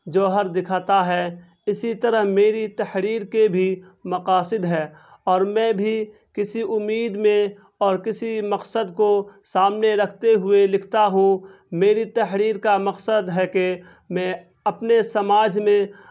جوہر دکھاتا ہے اسی طرح میری تحریر کے بھی مقاصد ہے اور میں بھی کسی امید میں اور کسی مقصد کو سامنے رکھتے ہوئے لکھتا ہوں میری تحریر کا مقصد ہے کہ میں اپنے سماج میں